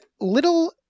little